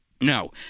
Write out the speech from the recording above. No